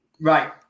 Right